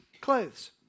clothes